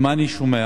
ומה אני שומע?